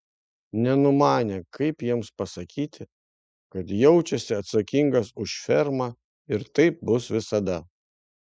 nenumanė kaip jiems pasakyti kad jaučiasi atsakingas už fermą ir taip bus visada